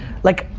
like,